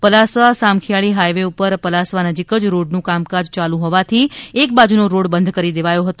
Palasva Samakhiyali highway પર પલાસવા નજીક જ રોડ નું કામકાજ ચાલુ હોવાથી એક બાજુનો રોડ બંધ કરી દેવાયો હતો